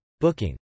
booking